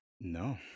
No